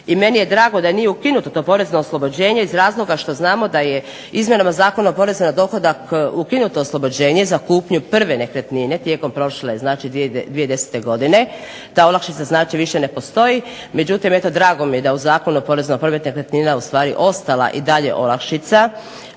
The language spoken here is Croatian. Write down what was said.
I meni je drago da nije ukinuto to porezno oslobođenje iz razloga što znamo da je izmjenama Zakona o porezu na dohodak ukinuto oslobođenje za kupnju prve nekretnine tijekom prošle, znači 2010. godine, ta olakšica znači više ne postoji. Međutim, eto drago mi je da u Zakonu o porezu na promet nekretnina je ustvari ostala i dalje olakšica